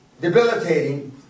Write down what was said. debilitating